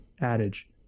adage